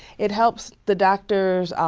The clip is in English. it helps the doctors,